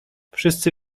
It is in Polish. wszyscy